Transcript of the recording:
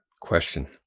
question